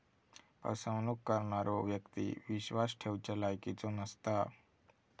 फसवणूक करणारो व्यक्ती विश्वास ठेवच्या लायकीचो नसता